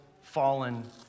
fallen